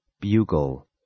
Bugle